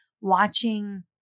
watching